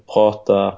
Prata